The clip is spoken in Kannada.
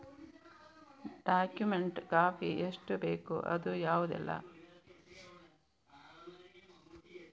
ಡಾಕ್ಯುಮೆಂಟ್ ಕಾಪಿ ಎಷ್ಟು ಬೇಕು ಅದು ಯಾವುದೆಲ್ಲ?